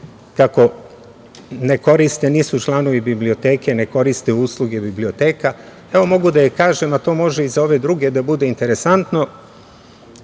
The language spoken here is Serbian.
kako nisu članovi biblioteke, ne koriste usluge biblioteka, evo, mogu da joj kažem, a to može i za ove druge da bude interesantno,